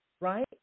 right